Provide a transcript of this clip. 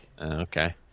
Okay